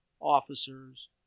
officers